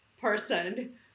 person